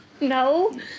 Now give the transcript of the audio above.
No